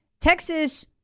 Texas